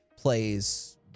plays